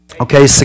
Okay